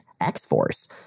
X-Force